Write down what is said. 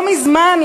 לא מזמן,